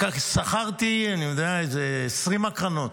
ושכרתי איזה 20 הקרנות,